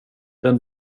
den